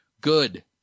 Good